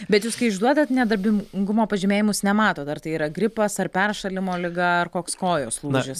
bet jūs kai išduodat nedarbingumo pažymėjimus nematot ar tai yra gripas ar peršalimo liga ar koks kojos lūžis